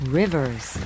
rivers